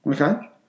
Okay